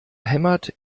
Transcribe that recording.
hämmert